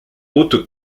haute